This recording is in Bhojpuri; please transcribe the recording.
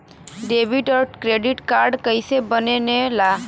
डेबिट और क्रेडिट कार्ड कईसे बने ने ला?